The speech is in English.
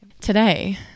today